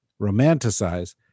romanticize